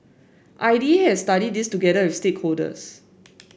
I D A has studied this together with stakeholders